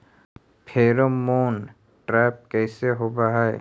Pheromone trap कैसे होब हई?